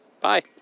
Bye